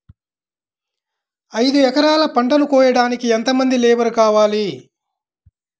ఐదు ఎకరాల పంటను కోయడానికి యెంత మంది లేబరు కావాలి?